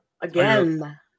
again